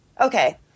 okay